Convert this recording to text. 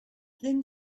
thin